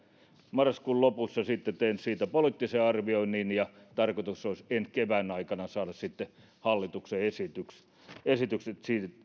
marraskuun lopussa teen siitä poliittisen arvioinnin ja tarkoitus olisi ensi kevään aikana saada hallituksen esitykset